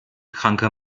kranke